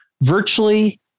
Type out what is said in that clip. virtually